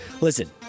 Listen